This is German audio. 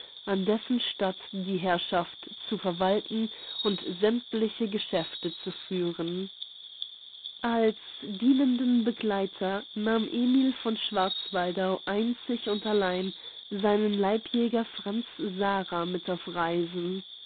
an dessen statt die herrschaft zu verwalten und sämmtliche geschäfte zu führen als dienenden begleiter nahm emil von schwarzwaldau einzig und allein seinen leibjäger franz sara mit auf reisen